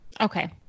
Okay